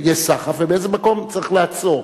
יהיה סחף, ובאיזה מקום צריך לעצור.